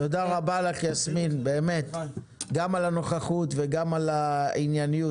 תודה רבה לך יסמין גם על הנוכחות וגם על הענייניות.